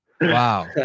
Wow